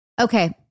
Okay